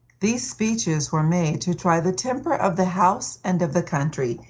these speeches were made to try the temper of the house and of the country,